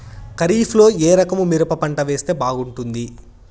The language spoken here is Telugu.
ఖరీఫ్ లో ఏ రకము మిరప పంట వేస్తే బాగుంటుంది